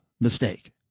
mistake